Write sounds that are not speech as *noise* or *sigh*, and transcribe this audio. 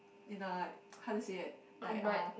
you know like *noise* how to say it like uh